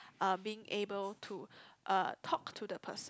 uh being able to uh talk to the person